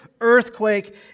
earthquake